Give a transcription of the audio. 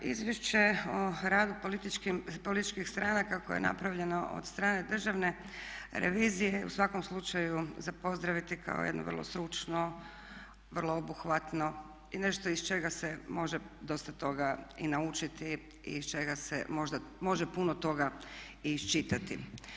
Izvješće o radu političkih stranaka koje je napravljeno od strane državne revizije je u svakom slučaju zap pozdraviti kao jedno vrlo stručno, vrlo obuhvatno i nešto iz čega se može dosta toga i naučiti i iz čega se može puno toga iščitati.